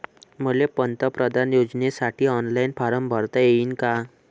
मले पंतप्रधान योजनेसाठी ऑनलाईन फारम भरता येईन का?